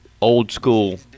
old-school